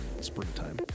springtime